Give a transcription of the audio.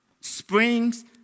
Springs